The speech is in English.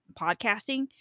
podcasting